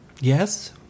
Yes